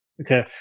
okay